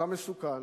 אתה מסוכן,